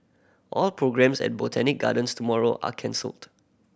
all programmes at Botanic Gardens tomorrow are cancelled